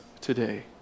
today